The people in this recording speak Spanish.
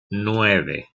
nueve